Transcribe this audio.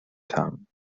town